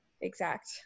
exact